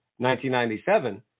1997